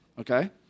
Okay